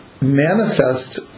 manifest